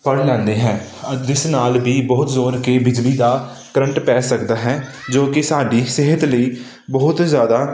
ਫੜ ਲੈਂਦੇ ਹਨ ਜਿਸ ਨਾਲ ਵੀ ਬਹੁਤ ਜ਼ੋਰ ਕੇ ਬਿਜਲੀ ਦਾ ਕਰੰਟ ਪੈ ਸਕਦਾ ਹੈ ਜੋ ਕਿ ਸਾਡੀ ਸਿਹਤ ਲਈ ਬਹੁਤ ਜ਼ਿਆਦਾ